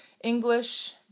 English